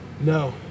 No